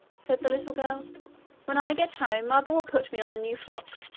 said the little girl when i get home mother will put me on a new frock,